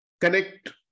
connect